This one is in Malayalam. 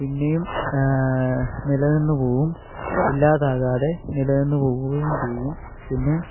പിന്നെയും നിലനിന്നു പോവും ഇല്ലാതാകാതെ നിലനിന്നു പോവുകയും ചെയ്യും പിന്നെ